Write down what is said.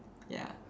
ya